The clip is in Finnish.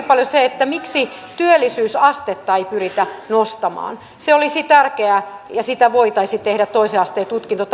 paljon se miksi työllisyysastetta ei pyritä nostamaan se olisi tärkeää ja sitä voitaisiin tehdä takaamalla toisen asteen tutkinto